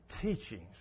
teachings